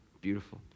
Beautiful